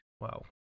Wow